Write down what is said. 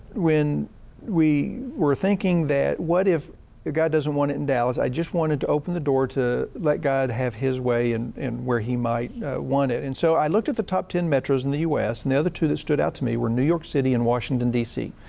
when we were thinking that, what if god doesn't want it in dallas, i just wanted to open the door to let god have his way and in, in where he might want it. and so i looked at the top ten metros in the u s. and the other two that stood out to me were new york city and washington, dc.